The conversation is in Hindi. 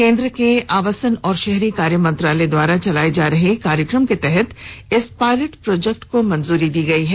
केंद्र के आवासन एवं शहरी कार्य मंत्रालय द्वारा चलाये जा रहे कार्यक्रम के तहत इस पायलट प्रोजेक्ट को मंजूरी दी गयी है